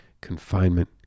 confinement